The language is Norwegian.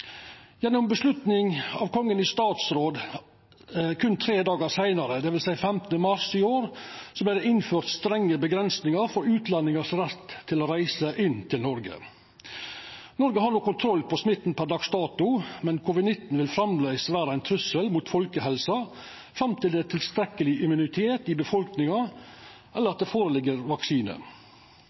Gjennom avgjerda av Kongen i statsråd tre dagar seinare, dvs. 15. mars i år, vart det innført strenge avgrensingar for utlendingars rett til å reisa inn i Noreg. Noreg har kontroll på smitta per dags dato, men covid-19 vil framleis vera ein trussel mot folkehelsa fram til det er tilstrekkeleg immunitet i befolkninga, eller det